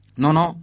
nono